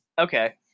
Okay